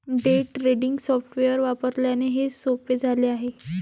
day trading software वापरल्याने हे सोपे झाले आहे